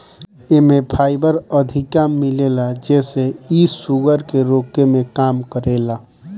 एमे फाइबर अधिका मिलेला जेसे इ शुगर के रोके में काम करेला